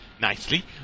nicely